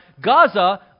Gaza